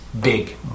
big